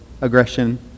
aggression